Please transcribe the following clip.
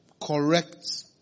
correct